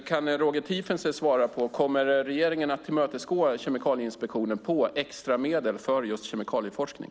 Kan Roger Tiefensee svara på om regeringen kommer att tillmötesgå Kemikalieinspektionen när det gäller extra medel för just kemikalieforskning?